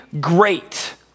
great